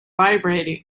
vibrating